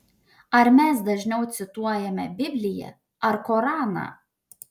ar mes dažniau cituojame bibliją ar koraną